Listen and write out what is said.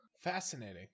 Fascinating